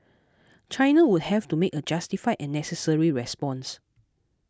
China would have to make a justified and necessary response